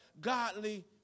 godly